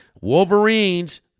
Wolverines